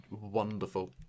wonderful